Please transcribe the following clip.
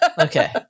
Okay